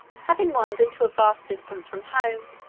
having wandered to a vast distance from home,